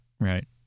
Right